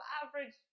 average